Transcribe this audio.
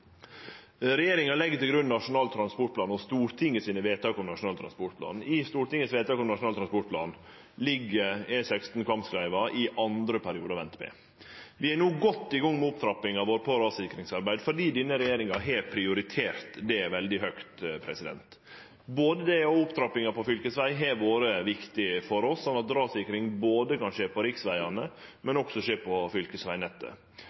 Regjeringa legg til grunn Nasjonal transportplan. I Stortingets vedtak om Nasjonal transportplan ligg E16 Kvamskleiva i andre periode av NTP. Vi er no godt i gang med opptrappinga av rassikringsarbeidet – fordi denne regjeringa har prioritert det veldig høgt. Både det og opptrappinga på fylkesvegane har vore viktig for oss, slik at rassikring kan skje både på riksvegane